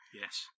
Yes